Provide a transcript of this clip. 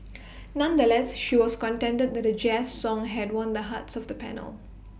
nonetheless she was contented that A jazz song had won the hearts of the panel